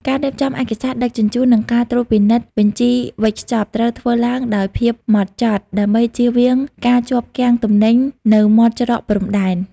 ការរៀបចំឯកសារដឹកជញ្ជូន និងការត្រួតពិនិត្យបញ្ជីវេចខ្ចប់ ត្រូវធ្វើឡើងដោយភាពហ្មត់ចត់ ដើម្បីចៀសវាងការជាប់គាំងទំនិញនៅមាត់ច្រកព្រំដែន។